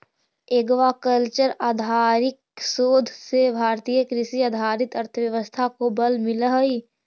aquacultural आधारित शोध से भारतीय कृषि आधारित अर्थव्यवस्था को बल मिलअ हई